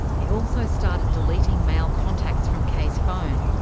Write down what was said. he also started deleting male contacts from kay's phone,